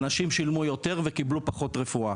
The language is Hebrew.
אנשים שילמו יותר וקיבלו פחות רפואה,